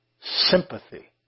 Sympathy